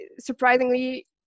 surprisingly